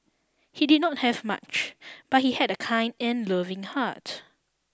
he did not have much but he had a kind and loving heart